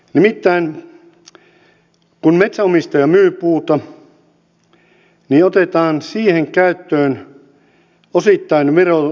nimittäin kun metsänomistaja myy puuta niin otetaan siihen käyttöön osittain viron verotusmalli